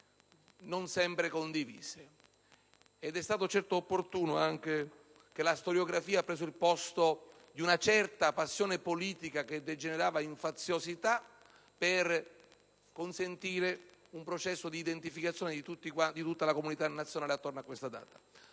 non sempre condivise. È stato anche opportuno che la storiografia abbia preso il posto di una certa passione politica che degenerava in faziosità per consentire un processo di identificazione di tutta la comunità nazionale attorno a questa data.